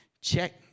Check